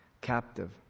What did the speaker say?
captive